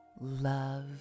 Love